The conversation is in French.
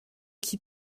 qui